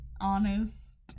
Honest